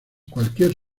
cualquier